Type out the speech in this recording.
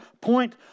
point